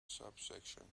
subsection